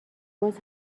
باز